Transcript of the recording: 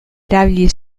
erabili